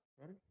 ready